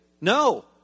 No